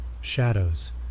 Shadows